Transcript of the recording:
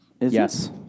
Yes